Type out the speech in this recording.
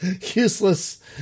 useless